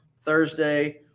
Thursday